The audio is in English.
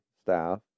staff